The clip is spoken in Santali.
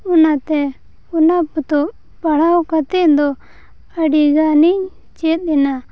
ᱚᱱᱟᱛᱮ ᱚᱱᱟ ᱯᱚᱛᱚᱵᱽ ᱯᱟᱲᱦᱟᱣ ᱠᱟᱛᱮᱫ ᱫᱚ ᱟᱹᱰᱤᱜᱟᱱᱤᱧ ᱪᱮᱫᱮᱱᱟ